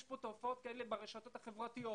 יש פה תופעות כאלה ברשתות החברתיות